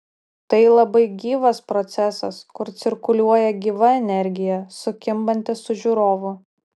tai labai gyvas procesas kur cirkuliuoja gyva energija sukimbanti su žiūrovu